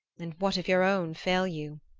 and what if your own fail you?